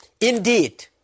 Indeed